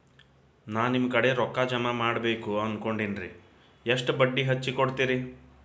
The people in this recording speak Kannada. ನಾ ನಿಮ್ಮ ಕಡೆ ರೊಕ್ಕ ಜಮಾ ಮಾಡಬೇಕು ಅನ್ಕೊಂಡೆನ್ರಿ, ಎಷ್ಟು ಬಡ್ಡಿ ಹಚ್ಚಿಕೊಡುತ್ತೇರಿ?